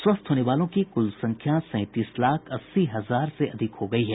स्वस्थ होने वालों की कुल संख्या सैंतीस लाख अस्सी हजार से अधिक हो गई है